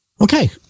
Okay